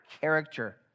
character